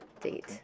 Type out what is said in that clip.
date